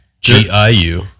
G-I-U